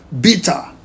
bitter